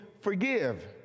forgive